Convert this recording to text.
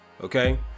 okay